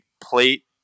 plate